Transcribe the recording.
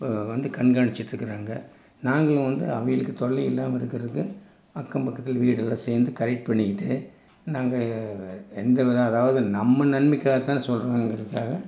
வந்து கண்காணிச்சிகிட்டு இருக்குறாங்க நாங்களும் வந்து அவகளுக்கு தொல்லை இல்லாமல் இருக்கிறதுக்கு அக்கம் பக்கத்தில் வீடெல்லாம் சேர்ந்து கரெக்ட் பண்ணிக்கிட்டு நாங்கள் எந்த வித அதாவது நம்ம நன்மைக்காக தானே சொல்லுறாங்கறதுக்காக